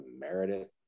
Meredith